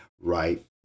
right